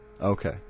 Okay